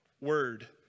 word